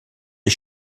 les